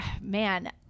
man